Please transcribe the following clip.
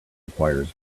requires